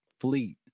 fleet